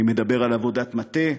אני מדבר על עבודת מטה,